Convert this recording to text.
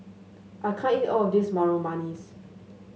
I can't eat all of this manis